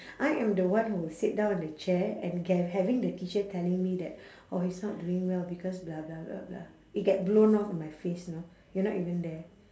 I am the one who sit down on the chair and get having the teacher telling me that oh he's not doing well because blah blah blah blah it get blown off in my face you know you're not even there